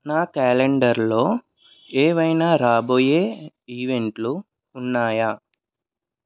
నా క్యాలెండర్లో ఏవైనా రాబోయే ఈవెంట్లు ఉన్నాయా